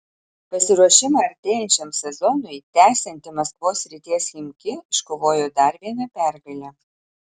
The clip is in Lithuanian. pasiruošimą artėjančiam sezonui tęsianti maskvos srities chimki iškovojo dar vieną pergalę